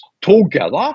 together